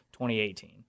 2018